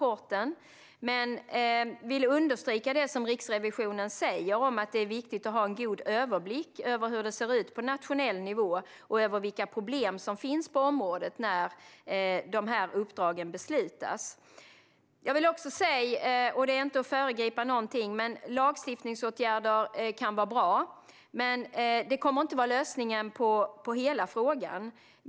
Men jag vill understryka det som Riksrevisionen säger om att det är viktigt att ha god överblick över hur det ser ut på nationell nivå och över vilka problem som finns på området när dessa uppdrag beslutas. Utan att föregripa någonting vill jag också säga att lagstiftningsåtgärder kan vara bra, men de kommer inte att vara lösningen på hela frågan.